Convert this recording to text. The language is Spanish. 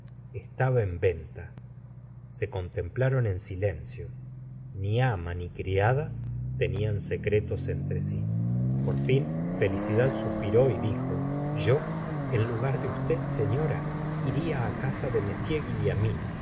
estaba en venta se contemplaron en silencio ni ama ni criada tenlan secretos entre si por fin felicidad suspiró y dijo y o en lugar de usted señora iria á casa de m